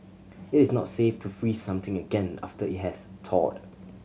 it is not safe to freeze something again after it has thawed